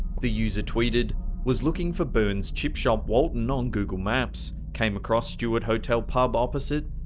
the user tweeted was looking for byrnes chop shop walton on google maps. came across stuart hotel pub opposite.